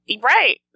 Right